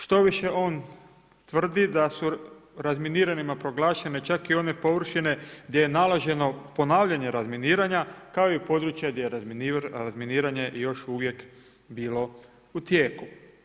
Štoviše, on tvrdi da su razminiranima proglašene čak i one površine gdje je naloženo ponavljanje razminiranja kao i područja gdje je razminiranje još uvijek bilo u tijeku.